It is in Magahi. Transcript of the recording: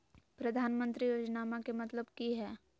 प्रधानमंत्री योजनामा के मतलब कि हय?